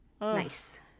Nice